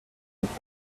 petit